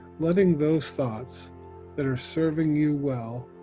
letting those thoughts that are serving you well